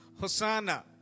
Hosanna